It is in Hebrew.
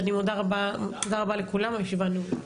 תודה רבה לכולם, הישיבה נעולה.